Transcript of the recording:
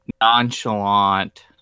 nonchalant